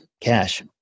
cash